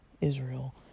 Israel